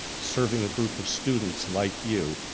serving a group of students like you,